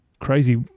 Crazy